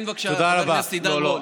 כן, בבקשה, חבר הכנסת עידן רול.